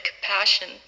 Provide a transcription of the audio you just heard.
compassion